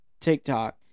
TikTok